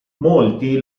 molti